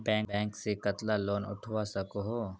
Bank से कतला loan उठवा सकोही?